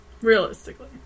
realistically